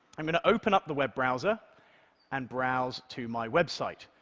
i'm going to open up the web browser and browse to my website,